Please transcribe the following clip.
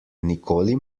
nikoli